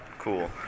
cool